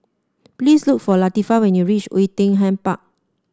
please look for Latifah when you reach Oei Tiong Ham Park